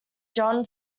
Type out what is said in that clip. john